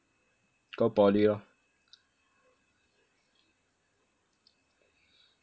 go poly lor